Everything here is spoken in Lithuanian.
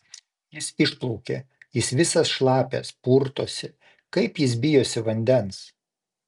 jis išplaukė jis visas šlapias purtosi kaip jis bijosi vandens